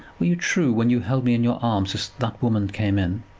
were you true when you held me in your arms as that woman came in?